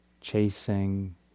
chasing